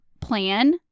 plan